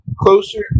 closer